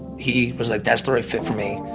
he was like, that's the right fit for me,